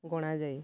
ଗଣା ଯାଏ